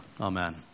Amen